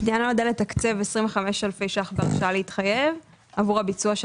הפנייה נועדה לתקצב 25 אלפי שקלים בהרשאה להתחייב עבור הביצוע של